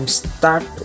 start